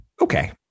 okay